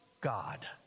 God